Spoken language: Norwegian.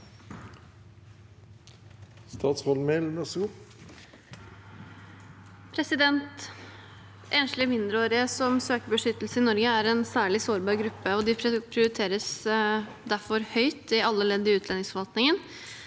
Enslige mindreåri- ge som søker beskyttelse i Norge, er en særlig sårbar gruppe, og de prioriteres derfor høyt i alle ledd i utlendingsforvaltningen.